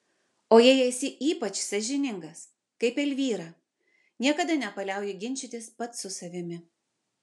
o jei esi ypač sąžiningas kaip elvyra niekada nepaliauji ginčytis pats su savimi